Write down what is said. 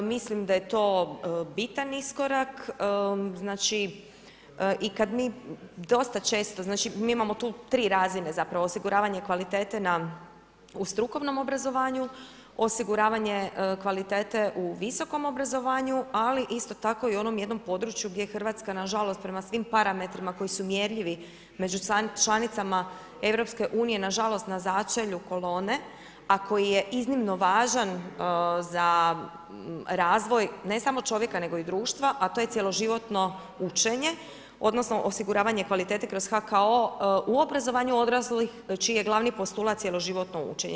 Mislim da je to bitan iskorak, znači, i kad mi dosta često, znači mi imamo tu 3 razine, zapravo, osiguravanje kvalitete na u strukovnom obrazovanju, osiguravanje kvalitete u visokom obrazovanju, ali isto tako u jednom području gdje Hrvatska nažalost, prema svim parametrima, koji su mjerljivi među članicama EU, nažalost, na začelju kolone, a koji je iznimno važan za razvoj ne samo čovjeka nego i društva, a to je cijeloživotno učenje, odnosno, osiguravanje kvalitete kroz HKO u obrazovanju odraslih, čiji je glavni postulat cijeloživotno učenje.